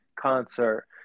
concert